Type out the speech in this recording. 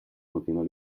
continúa